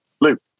Luke